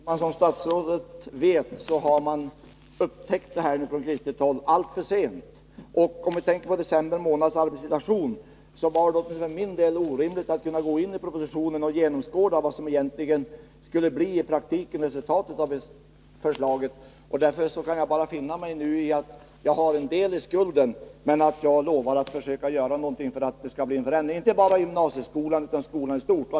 Herr talman! Som statsrådet vet har man från kristet håll upptäckt det här alltför sent. Med tanke på hur arbetssituationen var i december månad var det för min del omöjligt att tränga in i propositionen och genomskåda vad resultatet av förslaget egentligen skulle innebära i praktiken. Jag kan därför nu bara finna mig i att jag har en del i skulden här, men jag lovar att jag skall försöka göra någonting för att det skall bli en förändring, inte bara i gymnasieskolan utan i skolan som helhet.